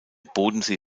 bodensee